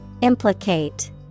Implicate